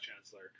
chancellor